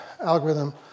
algorithm